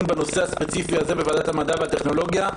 בנושא הספציפי הזה בוועדת המדע והטכנולוגיה,